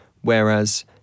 Whereas